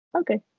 okay